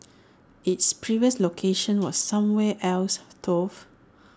its previous location was somewhere else though